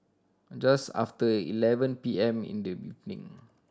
just after eleven P M in the evening